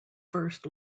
first